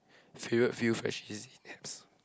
favourite few Freshies in